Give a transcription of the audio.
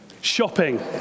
Shopping